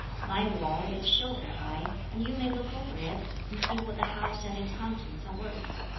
my wall is shoulder-high, and you may look over it and see what the house and its contents are worth.